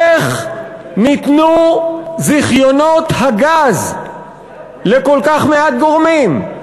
איך ניתנו זיכיונות הגז לכל כך מעט גורמים?